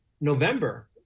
November